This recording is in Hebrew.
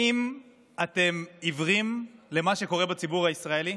האם אתם עיוורים למה שקורה בציבור הישראלי?